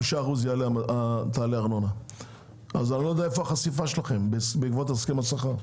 אני לא יודע איפה החשיפה שלכם בעקבות הסכם השכר,